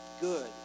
good